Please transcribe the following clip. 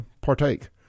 partake